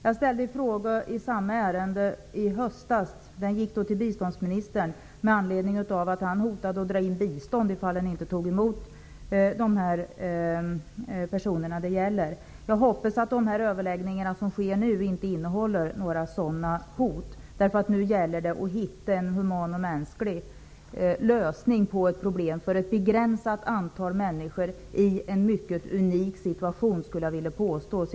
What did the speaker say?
Jag ställde en fråga i samma ärende i höstas till biståndsministern, med anledning av att han hotade att dra in bistånd om Eritrea inte tog emot de här personerna. Jag hoppas att de överläggningar som sker nu inte innehåller sådana hot. Nu gäller det att hitta en human lösning på ett problem för ett begränsat antal människor i en unik situation.